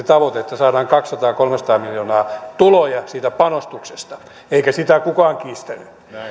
tavoite että saadaan kaksisataa viiva kolmesataa miljoonaa tuloja siitä panostuksesta eikä sitä kukaan kiistänyt